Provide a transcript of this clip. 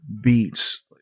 beats